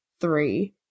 three